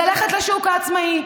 ללכת לשוק העצמאי.